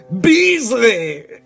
Beasley